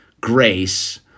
grace